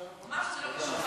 הוא אמר שזה לא קשור,